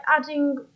adding